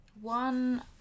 one